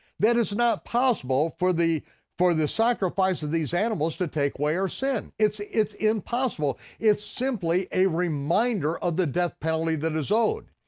is not possible for the for the sacrifice of these animals to take away our sin. it's it's impossible, it's simply a reminder of the death penalty that is owed.